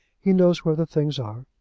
he knows where the things are.